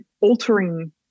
altering